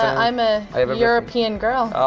i'm ah i'm a european girl.